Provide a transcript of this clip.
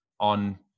on